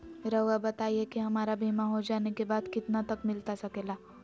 रहुआ बताइए कि हमारा बीमा हो जाने के बाद कितना तक मिलता सके ला?